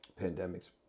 pandemics